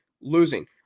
losing